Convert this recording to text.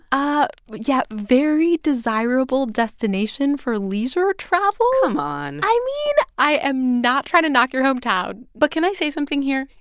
ah yeah, very desirable destination for leisure travel? come on i mean, i am not trying to knock your hometown but can i say something here?